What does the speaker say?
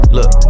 Look